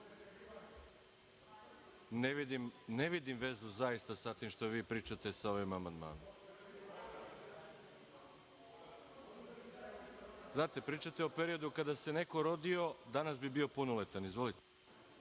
Ne vidim vezu zaista sa tim što vi pričate sa ovim amandmanom. Pričate o periodu kada se neko rodio danas bi bio punoletan. Izvolite.